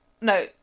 No